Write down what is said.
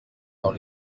dans